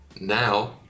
Now